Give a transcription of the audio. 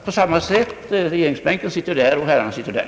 Regeringen sitter kvar på regeringsbänken och herrarna sitter kvar på sina platser!